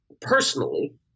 personally